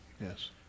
Yes